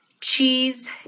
cheese